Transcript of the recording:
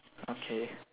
okay